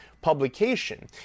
publication